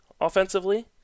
offensively